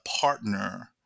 partner